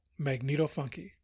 MagnetoFunky